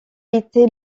été